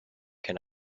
can